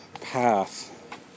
path